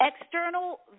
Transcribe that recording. external